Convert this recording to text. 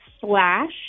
slash